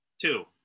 two